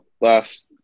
last